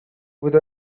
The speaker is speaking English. with